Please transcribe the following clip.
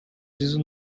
jizzo